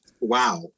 wow